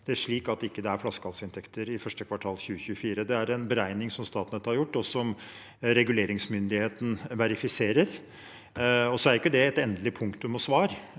det slik at det ikke er flaskehalsinntekter i første kvartal 2024. Det er en beregning som Statnett har gjort, og som reguleringsmyndigheten verifiserer. Så er jo ikke det et endelig punktum og svar